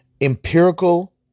empirical